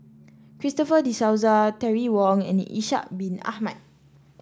Christopher De Souza Terry Wong and Ishak Bin Ahmad